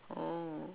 oh